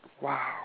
Wow